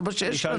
זה מה שיש לנו.